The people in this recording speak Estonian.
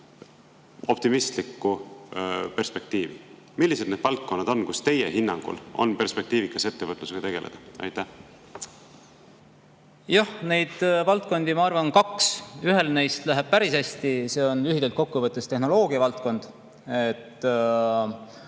optimistlikku perspektiivi? Millised need valdkonnad on, kus teie hinnangul on perspektiivikas ettevõtlusega tegeleda? Neid valdkondi on, ma arvan, kaks. Ühel neist läheb päris hästi, see on lühidalt kokku võttes tehnoloogia valdkond.